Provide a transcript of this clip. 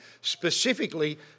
Specifically